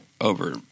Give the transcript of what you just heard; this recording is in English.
over